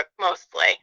mostly